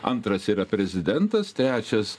antras yra prezidentas trečias